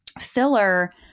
filler